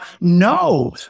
No